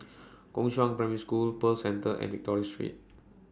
Gongshang Primary School Pearl Centre and Victoria Street